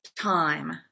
Time